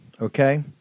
okay